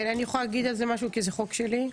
אני יכולה להגיד על זה משהו כי זה חוק שלי?